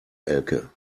elke